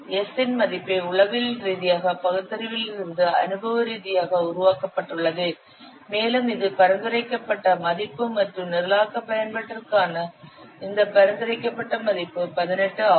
S இன் மதிப்பு உளவியல் ரீதியான பகுத்தறிவிலிருந்து அனுபவ ரீதியாக உருவாக்கப்பட்டுள்ளது மேலும் இது பரிந்துரைக்கப்பட்ட மதிப்பு மற்றும் நிரலாக்க பயன்பாட்டிற்கான இந்த பரிந்துரைக்கப்பட்ட மதிப்பு 18 ஆகும்